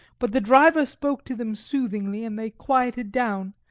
but the driver spoke to them soothingly, and they quieted down,